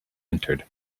entered